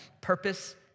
purpose